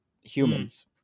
Humans